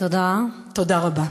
תודה רבה.